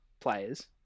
players